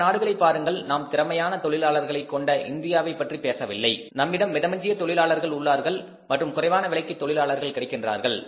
மற்ற நாடுகளை பாருங்கள் நாம் திறமையான தொழிலாளர்களைக் கொண்ட இந்தியாவைப் பற்றி பேசவில்லை நம்மிடம் மிதமிஞ்சிய தொழிலாளர்கள் உள்ளார்கள் மற்றும் குறைவான விலைக்கு தொழிலாளர்கள் கிடைக்கின்றார்கள்